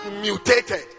mutated